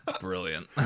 brilliant